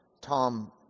Tom